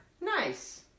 Nice